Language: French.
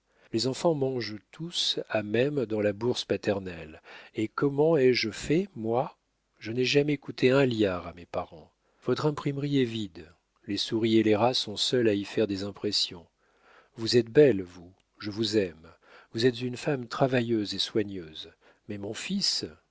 les enfants mangent tous à même dans la bourse paternelle et comment ai-je fait moi je n'ai jamais coûté un liard à mes parents votre imprimerie est vide les souris et les rats sont seuls à y faire des impressions vous êtes belle vous je vous aime vous êtes une femme travailleuse et soigneuse mais mon fils